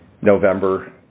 November